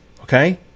okay